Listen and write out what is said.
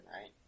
right